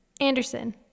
Anderson